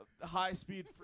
high-speed